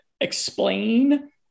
explain